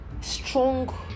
strong